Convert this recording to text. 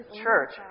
church